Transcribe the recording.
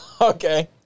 Okay